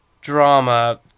drama